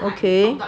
okay